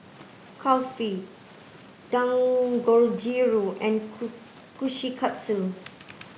Kulfi Dangojiru and Kushikatsu